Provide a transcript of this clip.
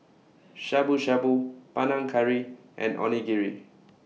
Shabu Shabu Panang Curry and Onigiri